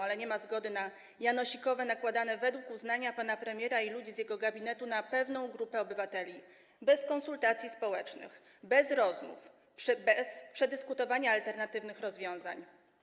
Ale nie ma zgody na janosikowe nakładane według uznania pana premiera i ludzi z jego gabinetu na pewną grupę obywateli bez konsultacji społecznych, bez rozmów, bez przedyskutowania alternatywnych rozwiązań.